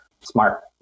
smart